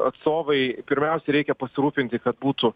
atstovai pirmiausia reikia pasirūpinti kad būtų